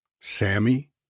Sammy